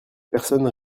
personnes